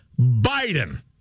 Biden